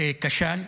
שכשל.